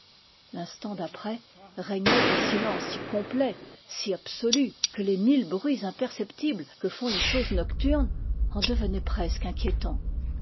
l'instant d'après régnait un silence si complet si absolu que les mille bruits imperceptibles que font les choses nocturnes en devenaient presque inquiétants